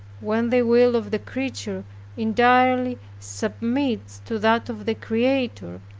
when the will of the creature entirely submits to that of the creator,